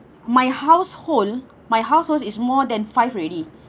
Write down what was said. my household my households is more than five already